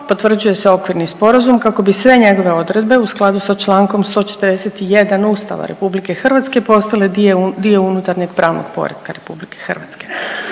potvrđuje se okvirni sporazum kako bi sve njegove odredbe u skladu sa Člankom 141. Ustava RH postale dio unutarnjem pravnog poretka RH.